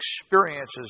experiences